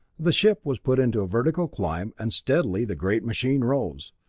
the ship was put into a vertical climb, and steadily the great machine rose.